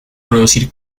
producir